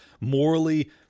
morally